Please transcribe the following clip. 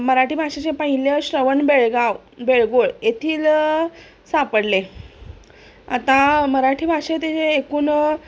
मराठी भाषेचे पहिले श्रवण बेळगाव बेळगोळ येथील सापडले आता मराठी भाषे ते एकूण